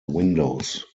windows